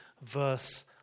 verse